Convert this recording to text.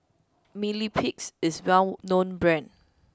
Mepilex is a well known brand